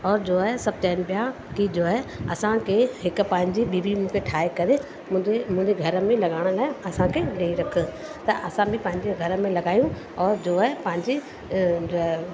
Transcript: और जो सभु चहिन पिया की जो हे असांखे हिक पंहिंजी ॿी बि मूंखे ठाहे करे मुंहिंजे मुंहिंजे घर में लॻाइण लाइ असांखे ॾई रख त असां बि पंहिंजे घर में लॻायूं और जो हे पंहिंजी